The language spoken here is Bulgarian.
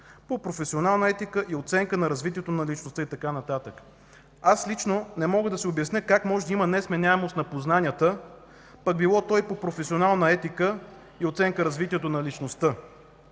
„по професионална етика и оценка на развитието на личността” и така нататък. Аз лично не мога да си обясня как може да има „несменяемост на познанията”, пък било то и „по професионална етика и оценка на развитието на личността”.